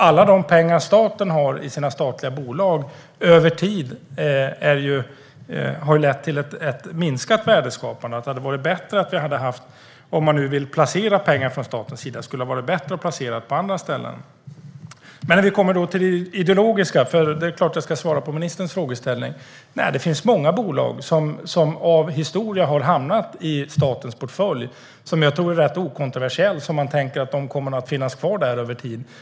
Alla de pengar staten har i sina statliga bolag har över tid lett till ett minskat värdeskapande. Om man nu vill placera pengar från statens sida skulle det vara bättre att placera dem på andra ställen. Men åter till det ideologiska, för det är klart att jag ska svara på ministerns frågeställning. Det finns många bolag som under historiens gång har hamnat i statens portfölj som jag tror är rätt okontroversiella. Man tänker att de nog kommer att finnas kvar där över tid.